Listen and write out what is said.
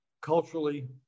culturally